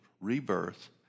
rebirth